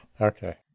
Okay